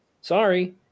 Sorry